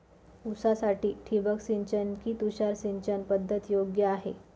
ऊसासाठी ठिबक सिंचन कि तुषार सिंचन पद्धत योग्य आहे?